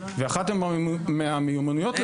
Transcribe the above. אחת מהמיומנויות,